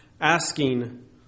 asking